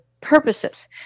purposes